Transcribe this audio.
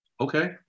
Okay